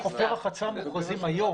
אלה חופי רחצה מוכרזים היום.